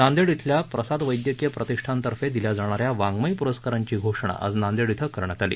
नांदेड इथल्या प्रसाद वैदयकीय प्रतिष्ठानतर्फे दिल्या जाणाऱ्या वाङमय प्रस्कारांची घोषणा आज नांदेड इथं करण्यात आली